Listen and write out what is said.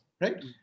right